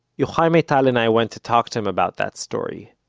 yochai maital and i went to talk to him about that story.